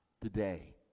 today